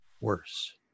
worse